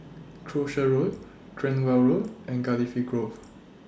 Croucher Road Cranwell Road and Cardifi Grove